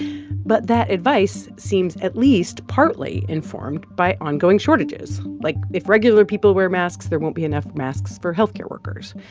but that advice seems at least partly informed by ongoing shortages. like, if regular people wear masks, there won't be enough masks for health care workers.